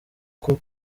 uku